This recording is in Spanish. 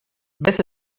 ves